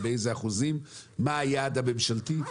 צריך לבחון מה היעד הממשלתי.